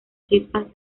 chispas